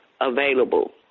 available